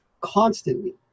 Constantly